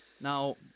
Now